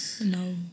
No